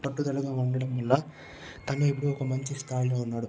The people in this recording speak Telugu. పట్టుదలగా ఉండడం వల్ల తను ఇప్పుడు ఒక మంచి స్థాయిలో ఉన్నాడు